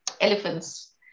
elephants